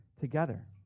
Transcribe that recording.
together